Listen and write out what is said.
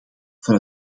van